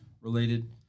related